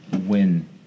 win